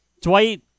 Dwight